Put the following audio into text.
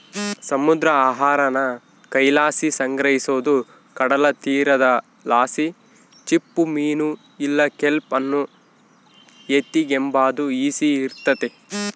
ಸಮುದ್ರ ಆಹಾರಾನ ಕೈಲಾಸಿ ಸಂಗ್ರಹಿಸೋದು ಕಡಲತೀರದಲಾಸಿ ಚಿಪ್ಪುಮೀನು ಇಲ್ಲ ಕೆಲ್ಪ್ ಅನ್ನು ಎತಿಗೆಂಬಾದು ಈಸಿ ಇರ್ತತೆ